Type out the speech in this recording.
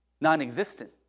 non-existent